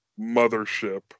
mothership